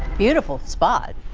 beautiful spot.